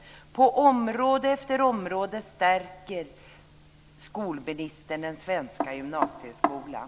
På område efter område stärker skolministern den svenska gymnasieskolan.